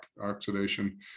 oxidation